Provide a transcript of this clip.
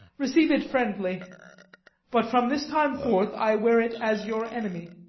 receive it friendly but from this time forth i wear it as your enemy.